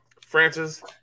Francis